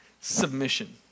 submission